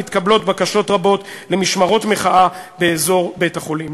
מתקבלות בקשות רבות למשמרות מחאה באזור בית-החולים.